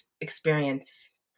experience